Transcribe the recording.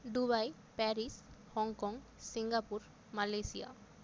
Dubai Paris Hong Kong Singapore Malaysia